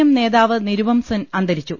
M നേതാവ് നിരുപംസെൻ അന്തരിച്ചു